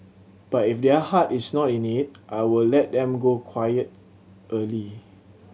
but if their heart is not in it I will let them go quiet early